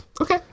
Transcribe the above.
Okay